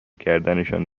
کردنشان